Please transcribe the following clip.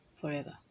forever